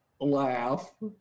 laugh